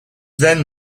then